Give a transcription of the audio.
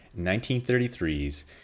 1933's